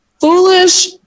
Foolish